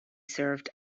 served